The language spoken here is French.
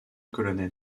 colonel